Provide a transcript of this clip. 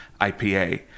IPA